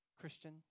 Christian